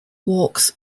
walks